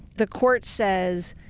the court says,